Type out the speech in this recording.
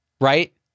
right